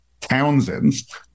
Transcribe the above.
Townsends